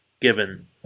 given